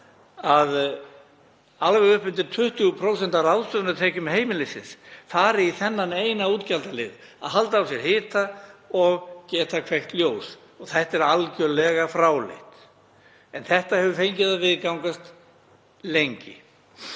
að alveg upp undir 20% af ráðstöfunartekjum heimilisins fari í þennan eina útgjaldaliði, að halda á sér hita og geta kveikt ljós. Þetta er algerlega fráleitt en hefur fengið að viðgangast lengi.